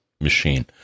machine